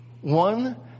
One